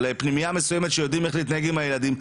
על פנימייה מסוימת שבה יודעים איך להתנהג עם הילדים.